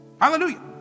Hallelujah